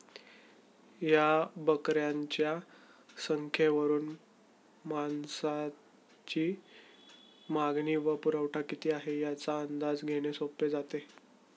या बकऱ्यांच्या संख्येवरून मांसाची मागणी व पुरवठा किती आहे, याचा अंदाज घेणे सोपे जाते